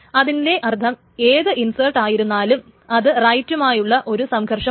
അതിന്റെ അർത്ഥം ഏത് ഇൻസർട്ട് ആയിരുന്നാലും അത് റൈറ്റുമായുള്ള ഒരു സംഘർഷമാണ്